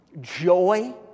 joy